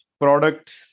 product